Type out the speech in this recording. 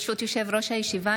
ברשות יושב-ראש הישיבה,